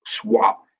swap